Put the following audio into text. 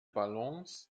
balance